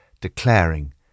declaring